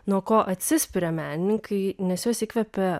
nuo ko atsispiria menininkai nes juos įkvepia